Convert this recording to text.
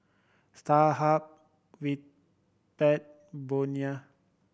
Starhub Bonia